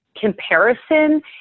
comparison